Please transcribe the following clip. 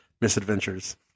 misadventures